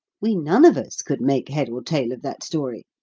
we none of us could make head or tail of that story.